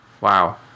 Wow